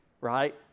right